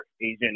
Asian